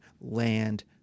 land